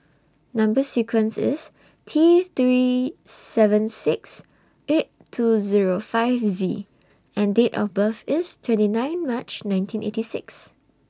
Number sequence IS T three seven six eight two Zero five Z and Date of birth IS twenty nine March nineteen eighty six